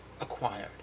acquired